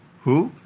who?